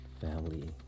family